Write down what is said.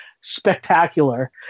spectacular